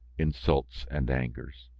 insults and angers!